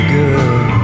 good